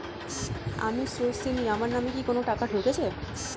আমি স্রোতস্বিনী, আমার নামে কি কোনো টাকা ঢুকেছে?